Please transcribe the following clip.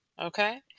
Okay